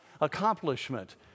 accomplishment